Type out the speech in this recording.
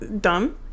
dumb